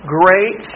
great